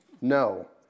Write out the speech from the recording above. No